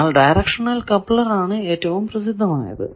എന്നാൽ directional coupler ആണ് ഏറ്റവും പ്രസിദ്ധമായത്